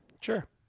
Sure